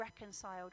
reconciled